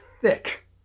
thick